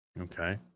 Okay